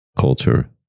culture